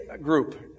group